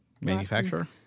Manufacturer